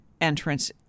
entrance